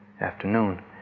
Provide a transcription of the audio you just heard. afternoon